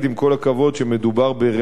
שמדובר ברמיסת החוק,